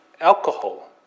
alcohol